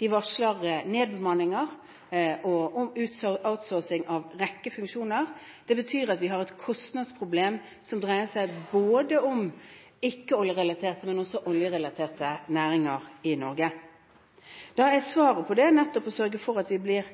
De varsler nedbemanning og «outsourcing» av en rekke funksjoner. Det betyr at vi har et kostnadsproblem, som dreier seg både om ikke-oljerelaterte og om oljerelaterte næringer i Norge. Svaret på det er nettopp å sørge for at vi ikke blir